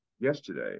yesterday